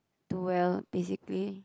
do well basically